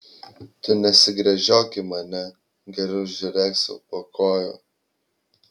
tu nesigręžiok į mane geriau žiūrėk sau po kojų